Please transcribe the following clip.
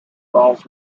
falls